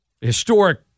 Historic